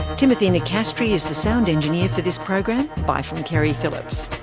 timothy nicastri is the sound engineer for this program. bye from keri phillips